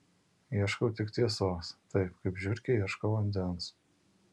ieškau tik tiesos taip kaip žiurkė ieško vandens